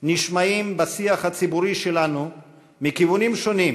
נשמעים בשיח הציבורי שלנו מכיוונים שונים